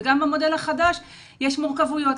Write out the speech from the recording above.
וגם במודל החדש יש מורכבויות.